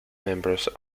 members